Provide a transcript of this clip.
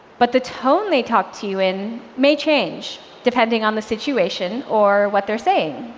but the tone they talk to you in may change depending on the situation or what they're saying.